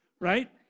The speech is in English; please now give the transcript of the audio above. right